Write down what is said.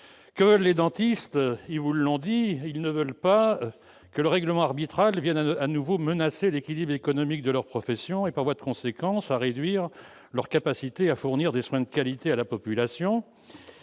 Que veulent les dentistes ? Ils vous l'ont dit, ils ne veulent pas que le règlement arbitral vienne de nouveau menacer l'équilibre économique de leur profession et, ainsi, réduire leur capacité à fournir des soins de qualité à la population.